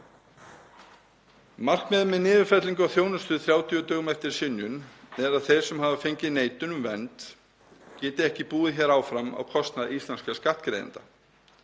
Markmiðið með niðurfellingu á þjónustu 30 dögum eftir synjun er að þeir sem hafa fengið neitun um vernd geti ekki búið hér áfram á kostnað íslenskra skattgreiðenda.